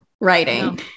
writing